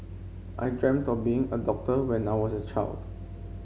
I dreamt of being a doctor when I was a child